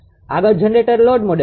આગળ generator load model છે